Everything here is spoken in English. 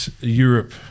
Europe